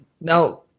now